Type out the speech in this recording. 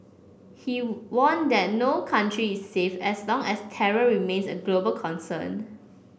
he warned that no country is safe as long as terror remains a global concern